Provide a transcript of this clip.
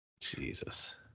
Jesus